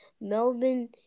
Melbourne